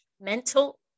mental